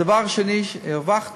הדבר השני שהרווחנו,